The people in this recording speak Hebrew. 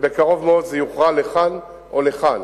ובקרוב מאוד זה יוכרע לכאן או לכאן: